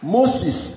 Moses